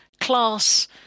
class